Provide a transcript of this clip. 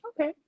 Okay